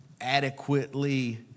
adequately